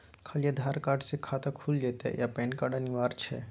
खाली आधार कार्ड स खाता खुईल जेतै या पेन कार्ड अनिवार्य छै?